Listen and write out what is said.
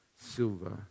silver